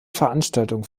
veranstaltung